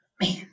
man